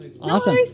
Awesome